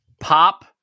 pop